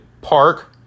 Park